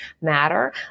matter